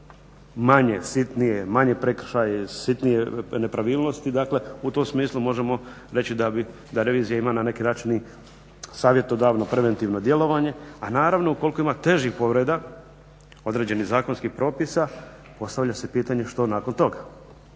manje, sitnije, manji prekršaji, sitnije nepravilnosti dakle u tom smislu možemo reći da revizija ima na neki način i savjetodavno preventivno djelovanje, a naravno ukoliko ima težih povreda određenih zakonskih propisa postavlja se pitanje što nakon toga?